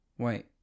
Wait